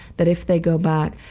that if they go back,